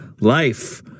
Life